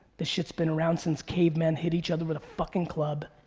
this shit's been around since cavemen hit each other with a fucking club.